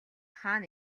хаана